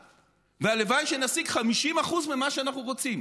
והלוואי שנשיג 50% ממה שאנחנו רוצים.